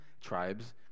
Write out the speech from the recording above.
tribes